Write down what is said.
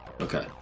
Okay